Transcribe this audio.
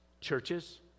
churches